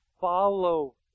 follow